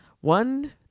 One